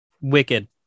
wicked